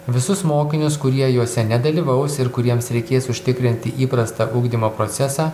visus mokinius kurie juose nedalyvaus ir kuriems reikės užtikrinti įprastą ugdymo procesą